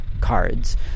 cards